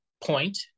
point